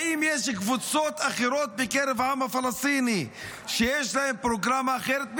האם יש קבוצות אחרות בקרב העם הפלסטיני שיש להן פרוגרמה אחרת?